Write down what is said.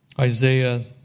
Isaiah